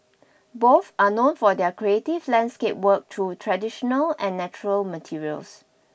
both are known for their creative landscape work through traditional and natural materials